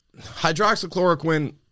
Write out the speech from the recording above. hydroxychloroquine